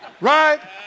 right